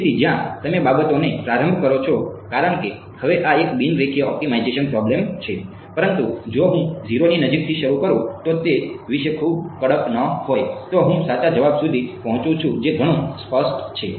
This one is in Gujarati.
તેથી જ્યાં તમે બાબતોને પ્રારંભ કરો છો કારણ કે હવે આ એક બિન રેખીય ઑપ્ટિમાઇઝેશન પ્રોબેલ્મ છે પરંતુ જો હું 0 ની નજીકથી શરૂ કરું તો તે વિશે ખૂબ કડક ન હોય તો હું સાચા જવાબ સુધી પહોંચું છું જે ઘણું સ્પષ્ટ છે